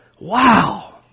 wow